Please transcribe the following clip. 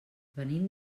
venim